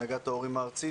נציגי הנהגת ההורים הארצית,